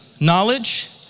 knowledge